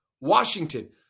Washington